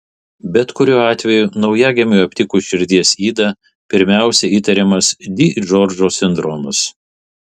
bet kuriuo atveju naujagimiui aptikus širdies ydą pirmiausia įtariamas di džordžo sindromas